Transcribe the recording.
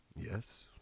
Yes